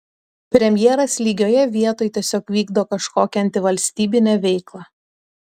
premjeras lygioje vietoj tiesiog vykdo kažkokią antivalstybinę veiklą